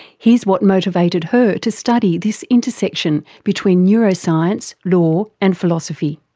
here's what motivated her to study this intersection between neuroscience, law and philosophy.